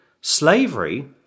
Slavery